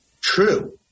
True